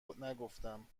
نگفتم